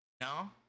No